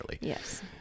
Yes